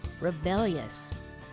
rebellious